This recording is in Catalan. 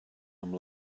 amb